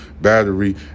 battery